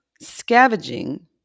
scavenging